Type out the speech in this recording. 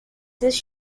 these